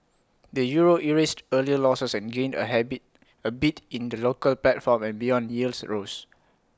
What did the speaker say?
the euro erased earlier losses and gained A high bit A bit in the local platform and beyond yields rose